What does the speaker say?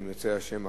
אם ירצה השם,